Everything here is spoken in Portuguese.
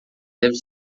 deve